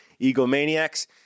egomaniacs